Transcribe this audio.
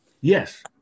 Yes